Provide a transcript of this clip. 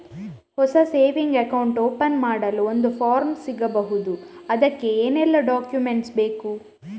ಹೊಸ saving account open ಮಾಡಲು ಒಂದು ಫಾರ್ಮ್ ಸಿಗಬಹುದು? ಅದಕ್ಕೆ ಏನೆಲ್ಲಾ ಡಾಕ್ಯುಮೆಂಟ್ಸ್ ಬೇಕು?